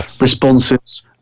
responses